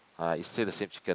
ah is still the same chicken